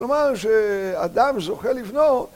‫כלומר, שאדם זוכה לבנות.